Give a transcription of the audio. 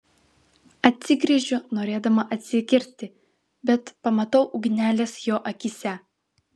atsigręžiu norėdama atsikirsti bet pamatau ugneles jo akyse